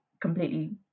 completely